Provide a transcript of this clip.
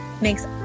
makes